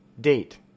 Date